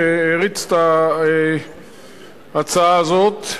שהריץ את ההצעה הזאת,